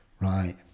Right